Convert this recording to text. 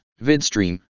Vidstream